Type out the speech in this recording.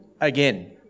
again